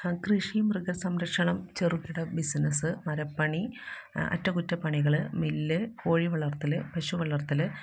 കൃഷി മൃഗസംരക്ഷണം ചെറുകിട ബിസിനസ് മരപ്പണി അറ്റകുറ്റപ്പണികൾ മിൽ കോഴി വളര്ത്തൽ പശു വളര്ത്തൽ